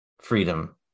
freedom